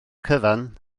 cyfan